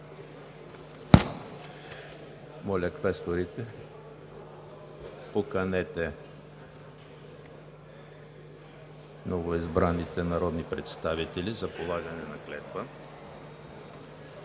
Моля, квесторите, поканете новоизбраните народни представители за полагане на клетва.